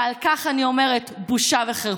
ועל כך אני אומרת: בושה וחרפה.